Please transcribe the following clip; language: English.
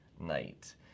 night